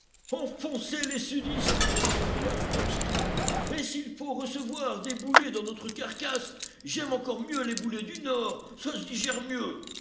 enfoncés les sudistes s'écria crockston et s'il faut recevoir des boulets dans notre carcasse j'aime encore mieux les boulets du nord ca se digère mieux